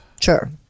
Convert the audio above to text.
Sure